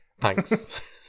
thanks